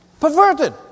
Perverted